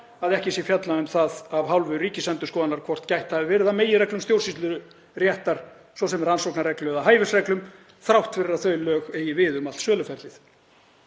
að ekki sé fjallað um það af hálfu Ríkisendurskoðunar hvort gætt hafi verið að meginreglum stjórnsýsluréttar, svo sem rannsóknarreglu eða hæfisreglum, þrátt fyrir að þau lög eigi við um allt söluferlið.